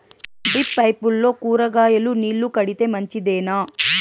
Drip పైపుల్లో కూరగాయలు నీళ్లు కడితే మంచిదేనా?